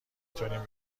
تونیم